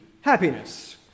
happiness